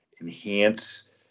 enhance